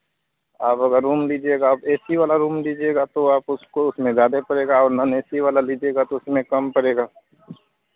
आप अगर रूम लीजिएगा अब ए सी वाला रूम लीजिएगा तो आप उसको उसमें ज़्यादे पड़ेगा और नॉन ए सी वाला लीजिएगा तो उसमें कम पड़ेगा